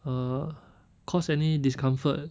uh cause any discomfort